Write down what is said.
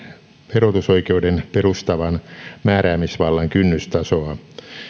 verotusoikeuden perustavan määräämisvallan kynnystasoa